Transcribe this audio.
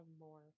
more